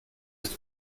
ist